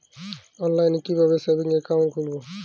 অনলাইনে কিভাবে savings account খুলবো?